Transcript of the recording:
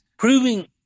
Proving